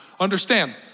Understand